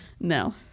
No